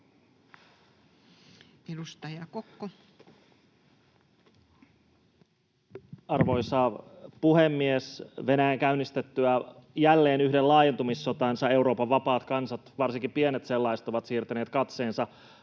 Content: Arvoisa puhemies! Venäjän käynnistettyä jälleen yhden laajentumissotansa Euroopan vapaat kansat, varsinkin pienet sellaiset, ovat siirtäneet katseensa